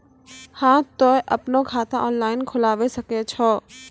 हाँ तोय आपनो खाता ऑनलाइन खोलावे सकै छौ?